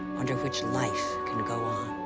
under which life can go on.